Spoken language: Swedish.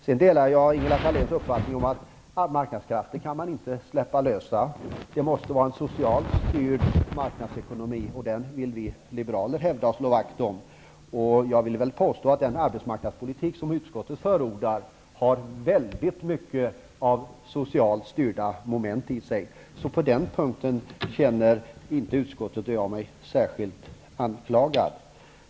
Jag delar Ingela Thaléns uppfattning att man inte kan släppa loss marknadskrafterna. Marknadsekonomin måste vara socialt styrd. Det vill vi liberaler slå vakt om. Jag vill påstå att den arbetsmarknadspolitik som utskottet förordar har väldigt mycket av socialt styrda moment i sig. På den punkten känner utskottet och jag oss inte särskilt anklagade.